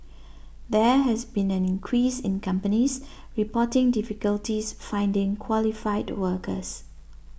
there has been an increase in companies reporting difficulties finding qualified workers